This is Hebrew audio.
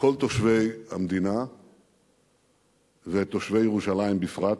כל תושבי המדינה ואת תושבי ירושלים בפרט.